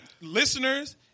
listeners